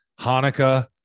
hanukkah